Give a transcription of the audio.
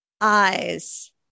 eyes